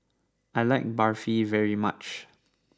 I like Barfi very much